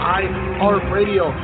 iHeartRadio